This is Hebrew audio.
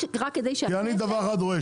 כי אני דבר אחד רואה,